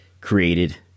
created